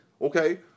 Okay